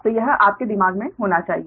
तो यह आपके दिमाग में होना चाहिए